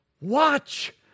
watch